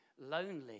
Lonely